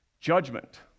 judgment